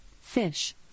fish